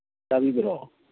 ꯇꯥꯕꯤꯕ꯭ꯔꯣ